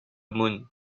moon